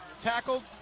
tackled